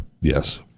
Yes